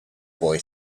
boy